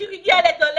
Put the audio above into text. כי הוא הגיע לדולב.